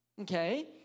Okay